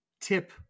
tip